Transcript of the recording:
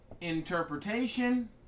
interpretation